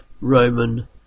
Roman